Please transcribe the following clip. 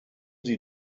sie